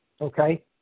okay